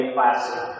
Classic